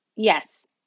Yes